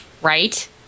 Right